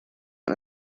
and